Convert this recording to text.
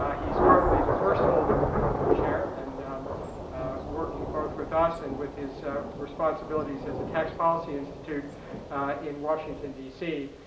ah he is currently the first holder of the volcker chair and working both with us and with his responsibilities at the tax policy institute in washington, dc.